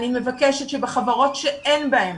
אני מבקשת שבחברות שאין בהן